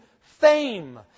fame